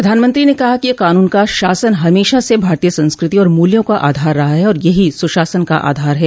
प्रधानमंत्री ने कहा कि कानून का शासन हमेशा से भारतीय संस्कृति और मूल्यों का आधार रहा है और यही सुशासन का आधार है